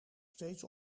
steeds